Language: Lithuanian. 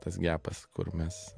tas gepas kur mes